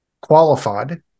qualified